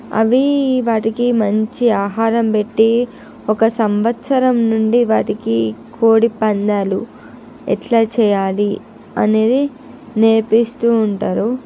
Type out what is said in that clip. అవి వాటికి మంచి ఆహారం పెట్టి ఒక సంవత్సరం నుండి వాటికి కోడిపందాలు ఎట్లా చేయాలి అనేది నేర్పిస్తూ ఉంటారు